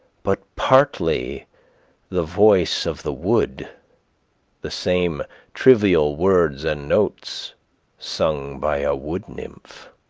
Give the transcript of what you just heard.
but partly the voice of the wood the same trivial words and notes sung by a wood-nymph.